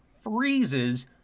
freezes